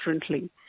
differently